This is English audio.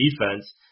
defense